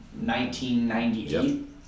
1998